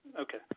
Okay